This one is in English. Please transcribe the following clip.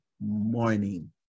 morning